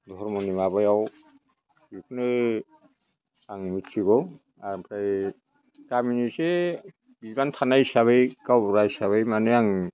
धर्मनि माबायाव बेखौनो आं मोनथिगौ आमफ्राय गामिनि एसे बिबान थानाय हिसाबै गावबुरा हिसाबै माने आं